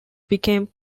became